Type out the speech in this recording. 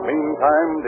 Meantime